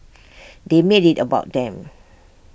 they made IT about them